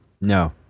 No